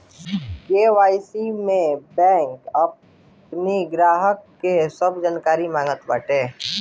KYC में bank अपनी ग्राहक के सब जानकारी मांगत बाटे